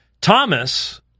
Thomas